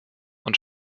und